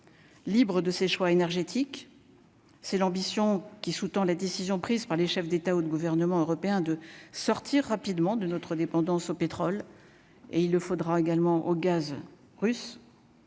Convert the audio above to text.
Libre de ses choix énergétiques, c'est l'ambition qui sous-tend la décision prise par les chefs d'État ou de gouvernement européen de sortir rapidement de notre dépendance au pétrole et il faudra également au gaz russe,